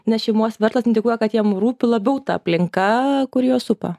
nes šeimos verslas indikuoja kad jam rūpi labiau ta aplinka kur juos supa